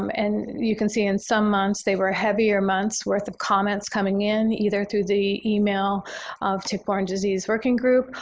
um and you can see in some months, they were heavier month's worth of comments coming in, either through the email of tick-borne disease working group,